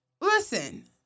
Listen